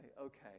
okay